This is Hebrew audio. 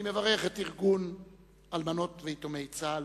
אני מברך את ארגון אלמנות ויתומי צה"ל,